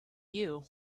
you